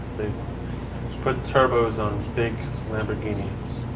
they put turbos on big lamborghinis,